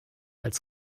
als